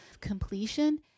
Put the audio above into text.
completion